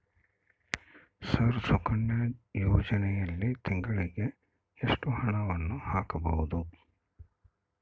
Sir Sukanya ಯೋಜನೆಯಲ್ಲಿ ತಿಂಗಳಿಗೆ ಎಷ್ಟು ಹಣವನ್ನು ಹಾಕಬಹುದು?